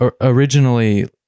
originally